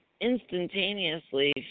instantaneously